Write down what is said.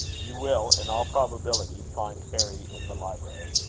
you will, in all probability, find harry in the library.